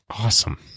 Awesome